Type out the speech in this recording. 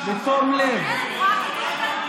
עוד פעם אביר קארה?